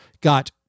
got